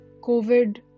COVID